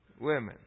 women